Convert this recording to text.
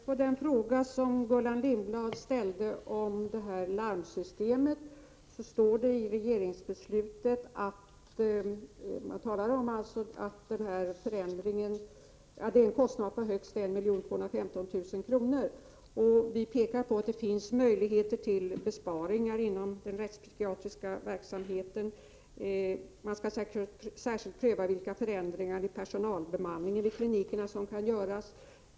Herr talman! Till svar på Gullan Lindblads fråga om larmsystemet vill jag säga följande. I regeringsbeslutet talas om att denna förändring innebär en kostnad på högst 1 215 000 kr. Där pekas också på att det finns möjligheter till besparingar inom den rättspsykiatriska verksamheten. Man skall särskilt pröva vilka förändringar i bemanningen vid klinikerna som kan göras.